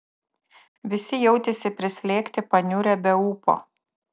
visi jautėsi prislėgti paniurę be ūpo